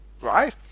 right